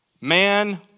Man